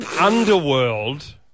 underworld